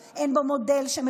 אין בו כלום חוץ משחיתות,